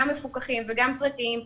גם מפוקחים וגם פרטיים,